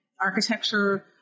architecture